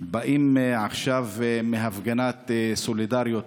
באים עכשיו מהפגנת סולידריות